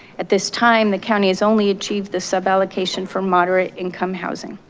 at this time, the county's only achieved the sub allocation for moderate income housing.